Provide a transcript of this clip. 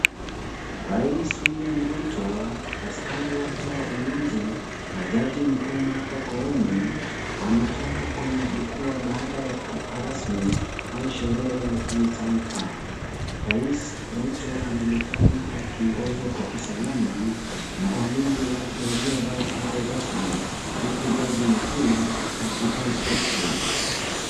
Rais William Ruto, askari wake wa ulinzi na jaji mku Martha Koome wanatoka kwenye jukwaa baada ya hafla rasmi au sherehe ya kitaifa. Rais Ruto anaonekana akiongozwa kwa usalama na walinzi wake waliovaa sare rasmi huku jaji mkuu akivaa suti.